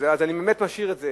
אני באמת משאיר את זה